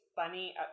funny